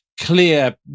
clear